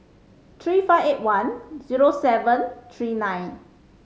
three five eight one zero seven three nine